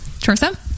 teresa